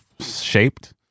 shaped